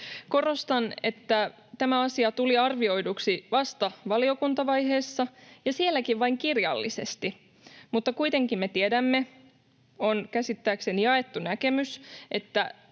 Korostan, että tämä asia tuli arvioiduksi vasta valiokuntavaiheessa ja sielläkin vain kirjallisesti. Mutta kuitenkin me tiedämme, se on käsittääkseni jaettu näkemys, että